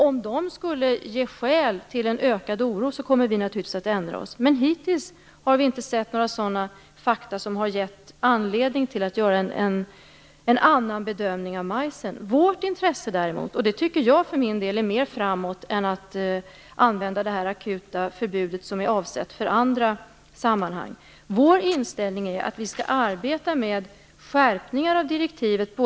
Om de skulle ge skäl till en ökad oro kommer vi naturligtvis att ändra oss. Men hittills har inga fakta som gett anledning att göra en annan bedömning av majsen synts till. Sveriges intresse och inställning är att vi skall arbeta med skärpningar av direktivet både i märkningsavseende och när det gäller en utökad prövning i samband med de långsiktiga miljöeffekterna.